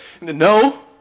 No